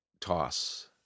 toss